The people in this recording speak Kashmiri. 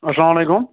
اسلام وعلیکُم